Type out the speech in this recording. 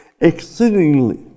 exceedingly